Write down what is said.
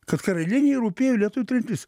kad karalienei rūpėjo lietuvių tremtis